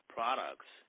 products